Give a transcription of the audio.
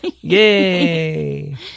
Yay